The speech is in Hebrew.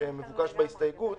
המבוקש בהסתייגות.